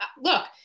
look